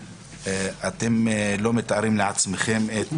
אתם לא מתארים לעצמכם את